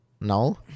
No